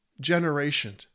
generation